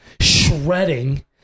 shredding